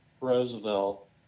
Roosevelt